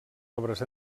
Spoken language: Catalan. obres